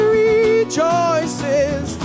rejoices